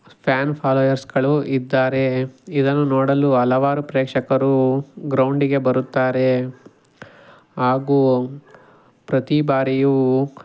fan ಫಾಲೋಯರ್ಸ್ಗಳು ಇದ್ದಾರೆ ಇದನ್ನು ನೋಡಲು ಹಲವಾರು ಪ್ರೇಕ್ಷಕರು ಗ್ರೌಂಡಿಗೆ ಬರುತ್ತಾರೆ ಹಾಗೂ ಪ್ರತಿ ಬಾರಿಯೂ